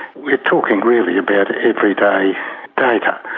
we're talking really about everyday data.